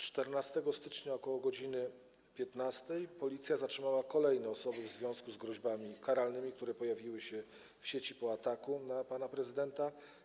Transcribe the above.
14 stycznia ok. godz. 15 Policja zatrzymała kolejne osoby w związku z groźbami karalnymi, które pojawiły się w sieci po ataku na pana prezydenta.